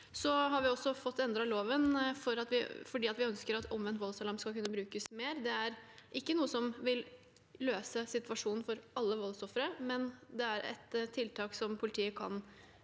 Vi har også fått endret loven fordi vi ønsker at omvendt voldsalarm skal kunne brukes mer. Det er ikke noe som vil løse situasjonen for alle voldsofre, men det er et tiltak politiet kan bruke